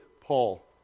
Paul